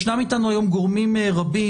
ישנם איתנו היום גורמים רבים.